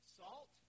Salt